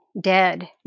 dead